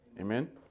Amen